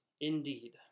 indeed